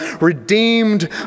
redeemed